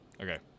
Okay